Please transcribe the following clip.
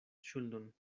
ŝuldon